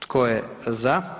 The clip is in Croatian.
Tko je za?